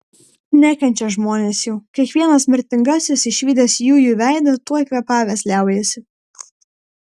nekenčia žmonės jų kiekvienas mirtingasis išvydęs jųjų veidą tuoj kvėpavęs liaujasi